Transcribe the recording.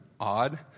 odd